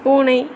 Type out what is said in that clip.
பூனை